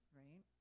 right